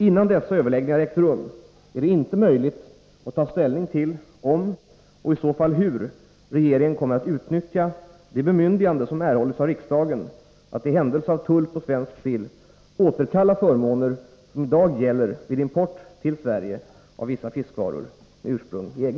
Innan dessa överläggningar ägt rum är det inte möjligt att ta ställning till om och i så fall hur regeringen kommer att utnyttja det bemyndigande som erhållits av riksdagen att i händelse av tull på svensk sill återkalla förmåner som i dag gäller vid import till Sverige av vissa fiskvaror med ursprung i EG.